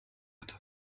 hatte